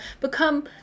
Become